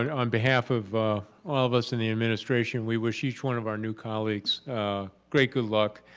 and on behalf of all of us in the administration, we wish each one of our new colleagues great good luck,